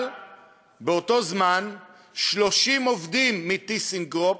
אבל באותו זמן 30 עובדים מ"טיסנקרופ"